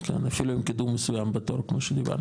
אפילו עם קידום מסוים בתור, כמו שדיברנו.